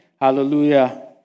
Hallelujah